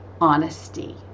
honesty